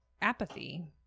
apathy